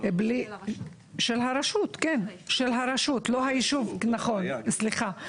של המועצה האזורית, סליחה.